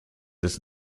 des